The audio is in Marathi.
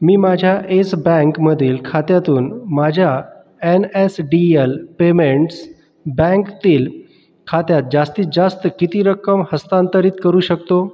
मी माझ्या एस बँकमधील खात्यातून माझ्या N S D L payments बँकेतील खात्यात जास्तीत जास्त किती रक्कम हस्तांतरित करू शकतो